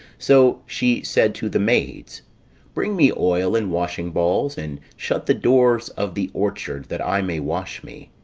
so she said to the maids bring me oil, and washing balls, and shut the doors of the orchard, that i may wash me.